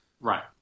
Right